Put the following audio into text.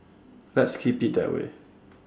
let's keep IT that way